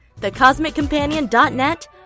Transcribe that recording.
thecosmiccompanion.net